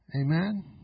Amen